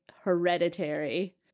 hereditary